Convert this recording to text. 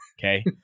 okay